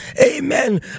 Amen